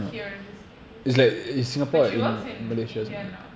here this place but she was in india now